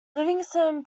livingston